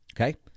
okay